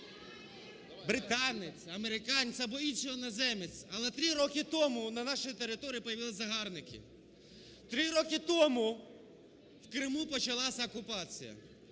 Британець, американець або інший іноземець, але три роки тому на нашій території появилися загарбники, три роки тому в Криму почалася окупація,